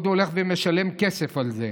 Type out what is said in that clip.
והוא עוד הולך ומשלם כסף על זה.